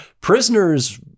Prisoners